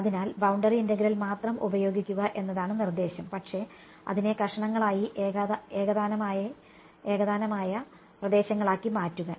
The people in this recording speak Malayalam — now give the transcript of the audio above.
അതിനാൽ ബൌണ്ടറി ഇന്റഗ്രൽ മാത്രം ഉപയോഗിക്കുക എന്നതാണ് നിർദ്ദേശം പക്ഷേ അതിനെ കഷണങ്ങളായി ഏകതാനമായ പ്രദേശങ്ങളാക്കി മാറ്റുക